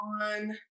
on